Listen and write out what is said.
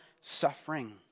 suffering